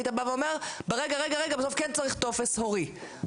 היית בא ואומר שבסוף כן צריך טופס הורי,